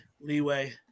leeway